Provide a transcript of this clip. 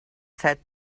said